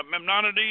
Memnonides